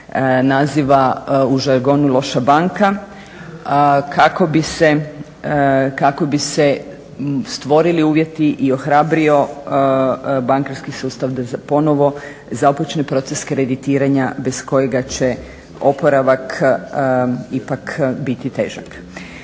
naziva u žargonu loša banka kako bi se stvorili uvjeti i ohrabrio bankarski sustav da se ponovo započne proces kreditiranja bez kojega će oporavak ipak biti težak.